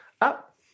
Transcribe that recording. up